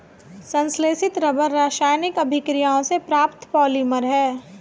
संश्लेषित रबर रासायनिक अभिक्रियाओं से प्राप्त पॉलिमर है